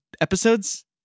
episodes